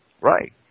Right